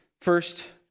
first